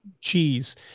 cheese